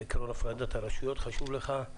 עיקרון הפרדת הרשויות, חשובים לך.